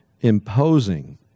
imposing